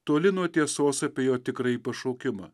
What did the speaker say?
toli nuo tiesos apie jo tikrąjį pašaukimą